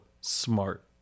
smart